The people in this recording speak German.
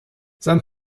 sein